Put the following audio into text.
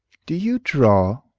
do you draw?